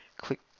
click